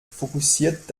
fokussiert